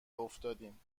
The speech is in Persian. افتادیم